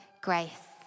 grace